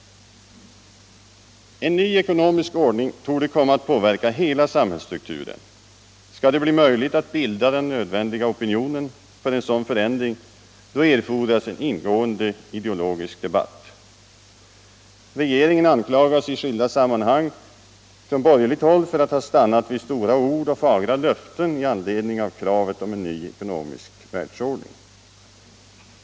En ny ekonomisk ordning torde komma att påverka hela samhällsstrukturen. Skall det bli möjligt att bilda den nödvändiga opinionen för en sådan förändring, erfordras en ingående ideologisk debatt. Regeringen anklagas i skilda sammanhang från borgerligt håll för att ha stannat vid stora ord och fagra löften i anledning av kravet på en ny ekonomisk världsordning.